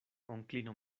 onklino